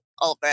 over